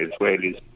Israelis